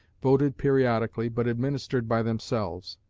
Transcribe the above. voted periodically, but administered by themselves.